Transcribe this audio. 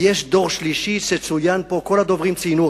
יש דור שלישי שצוין כאן, וכל הדוברים ציינו אותו.